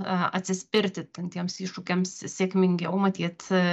atsispirti ten tiems iššūkiams sėkmingiau matyt